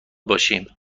باشی